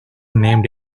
named